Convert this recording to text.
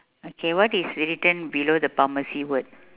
okay what is written below the pharmacy word